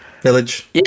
village